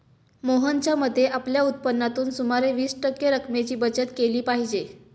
मोहनच्या मते, आपल्या उत्पन्नातून सुमारे वीस टक्के रक्कमेची बचत केली पाहिजे